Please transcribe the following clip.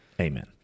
Amen